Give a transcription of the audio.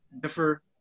differ